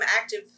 active